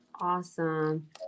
Awesome